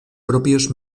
propios